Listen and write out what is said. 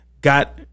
got –